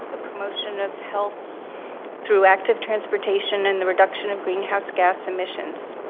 the promotion of health through active transportation and the reduction of greenhouse gas emissions.